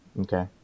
Okay